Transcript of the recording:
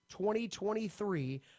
2023